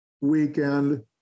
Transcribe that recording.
weekend